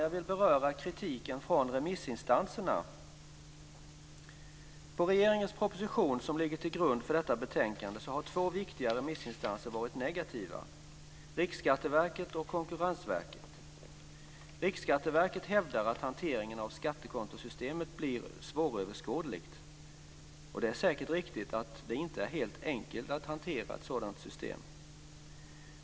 Jag vill beröra kritiken från remissinstanserna. Till regeringens proposition, som ligger till grund för detta betänkande, har två viktiga remissinstanser varit negativa: Riksskatteverket och Konkurrensverket. Riksskatteverket hävdar att hanteringen av skattekontosystemet blir svåröverskådligt. Det är säkert riktigt att det inte är helt enkelt att hantera ett sådant system.